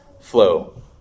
flow